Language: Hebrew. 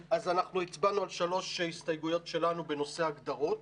הצבענו על שלוש הסתייגויות שלנו בנושא הגדרות.